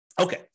Okay